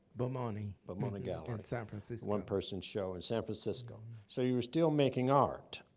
bomani. bomani gallery. in san francisco. one-person show in san francisco. so you were still making art.